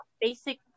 basic